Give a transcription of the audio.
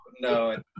no